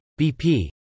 BP